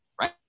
right